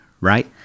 right